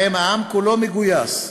שבהם העם כולו מגויס,